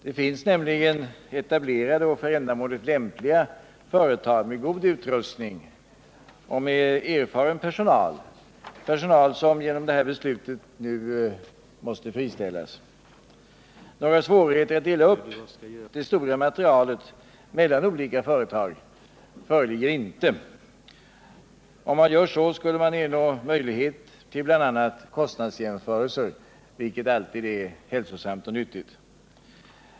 Det finns nämligen på det här området etablerade och för ändamålet lämpliga företag med god utrustning och med erfaren personal, som genom det här beslutet måste friställas. Några svårigheter att dela upp det stora materialet mellan olika företag föreligger inte. Om man gör så, skulle man ernå möjlighet till bl.a. kostnadsjämförelser, vilket alltid är hälsosamt och nyttigt.